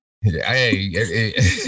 Hey